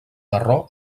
terror